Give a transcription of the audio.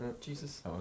jesus